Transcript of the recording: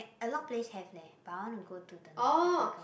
a lot place have leh but I want to go to the North Africa